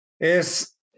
es